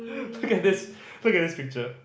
look at this look at this picture